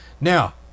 Now